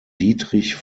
diedrich